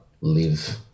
live